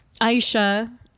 Aisha